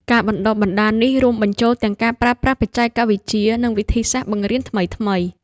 ការបណ្តុះបណ្តាលនេះរួមបញ្ចូលទាំងការប្រើប្រាស់បច្ចេកវិទ្យា និងវិធីសាស្ត្របង្រៀនថ្មីៗ។